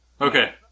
Okay